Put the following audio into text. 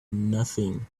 nothing